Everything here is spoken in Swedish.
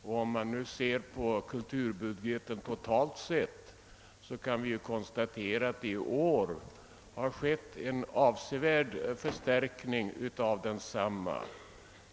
Om man nu ser på kulturbudgeten totalt, kan man konstatera att en avsevärd förstärkning har skett i år.